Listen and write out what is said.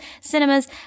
cinemas